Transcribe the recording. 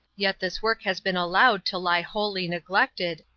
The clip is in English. yet this work has been allowed to lie wholly neglected,